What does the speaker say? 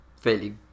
fairly